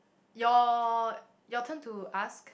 your your turn to ask